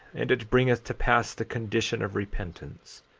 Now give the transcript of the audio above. and it bringeth to pass the condition of repentance,